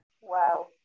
Wow